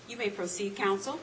you may proceed counsel